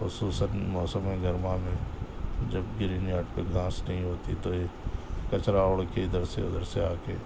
خصوصاً موسم گرما میں جب گرین یارڈ پہ گھاس نہیں ہوتی تو یہ کچرا اڑ کے ادھر سے ادھر سے آ کے